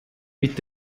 mit